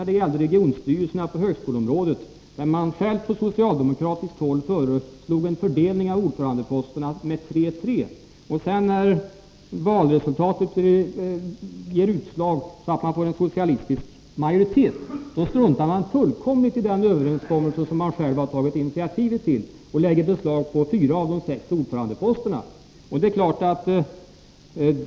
Det gällde regionstyrelserna på högskoleområdet, där man från socialdemokratiskt håll föreslog en fördelning av ordförandeposterna i proportionen 3-3 och sedan — när valresultatet gav utslag så att det blev en socialdemokratisk majoritet — struntade fullständigt i den överenskommelse som man själv tagit initiativ till och lade beslag på fyra av de sex ordförandeposterna.